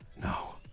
No